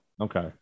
Okay